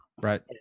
Right